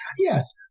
Yes